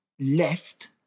left